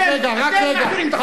אתם, אתם מעבירים את החוקים האלה.